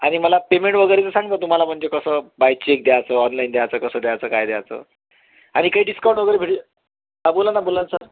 आणि मला पेमेंट वगैरेचं सांग तुम्हाला म्हणजे कसं बाय चेक द्यायचं ऑनलाईन द्यायचं कसं द्यायचं काय द्यायचं आणि काही डिस्काउंट वगैरे भेट हा बोला ना बोला सर